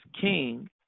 king